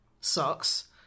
sucks